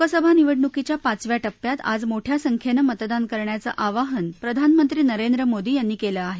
लोकसभा निवडणुकीच्या पाचव्या टप्प्यात आज मोठ्या संख्येनं मतदान करण्याचं आवाहन प्रधानमंत्री नरेंद्र मोदी यांनी केलं आहे